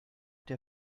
der